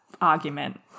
argument